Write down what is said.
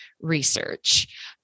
research